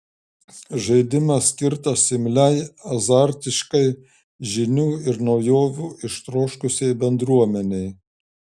žaidimas skirtas imliai azartiškai žinių ir naujovių ištroškusiai bendruomenei